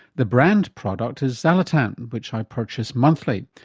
the brand product is xalatan, which i purchase monthly.